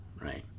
right